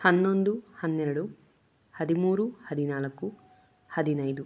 ಹನ್ನೊಂದು ಹನ್ನೆರಡು ಹದಿಮೂರು ಹದಿನಾಲಕ್ಕು ಹದಿನೈದು